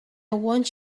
want